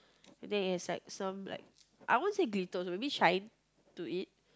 and then it has like some like I won't say glitter also maybe shine to it